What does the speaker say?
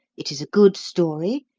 it is a good story,